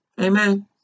Amen